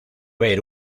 ver